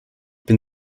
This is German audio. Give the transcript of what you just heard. bin